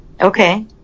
Okay